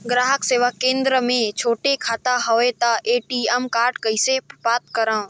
ग्राहक सेवा केंद्र मे छोटे खाता हवय त ए.टी.एम कारड कइसे प्राप्त करव?